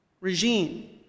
regime